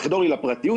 לחדור לי לפרטיות,